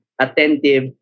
attentive